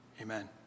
amen